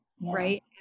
right